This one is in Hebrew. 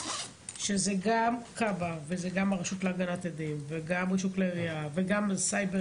שזה גם כב"ה וגם הרשות להגנת עדים וגם רישוי כלי ירייה וגם סייבר,